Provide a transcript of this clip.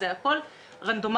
זה הכול רנדומלי,